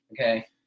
Okay